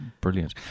brilliant